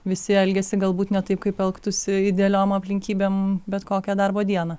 visi elgiasi galbūt ne taip kaip elgtųsi idealiom aplinkybėm bet kokią darbo dieną